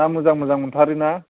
ना मोजां मोजां मोनथारो ना